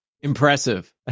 Impressive